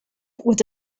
with